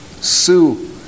Sue